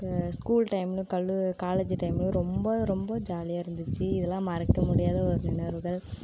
இப்போ ஸ்கூல் டைமில் கல் காலேஜ் டைமில் ரொம்ப ரொம்ப ஜாலியாக இருந்துச்சு இதெல்லாம் மறக்கமுடியாத ஒரு நிகழ்வுகள்